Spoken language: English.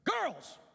girls